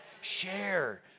Share